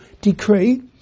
decree